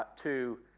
to